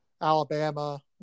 alabama